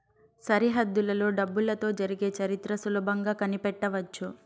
సరిహద్దులలో డబ్బులతో జరిగే చరిత్ర సులభంగా కనిపెట్టవచ్చు